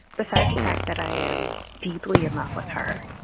besides the fact that i am deeply in love with her.